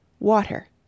water